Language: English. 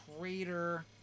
crater